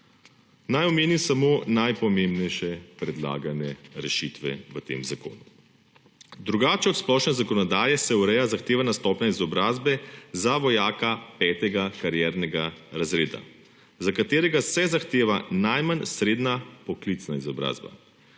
Naj omenim samo najpomembnejše predlagane rešitve v tem zakonu. Drugače od splošne zakonodaje se ureja zahtevana stopnja izobrazbe za vojaka petega kariernega razreda, za katerega se zahteva najmanj srednja poklicna izobrazba.